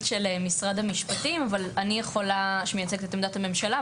של משרד המשפטים שמייצגת את עמדת הממשלה,